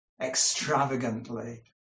extravagantly